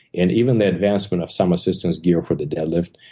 and even the advancement of some systems geared for the deadlift,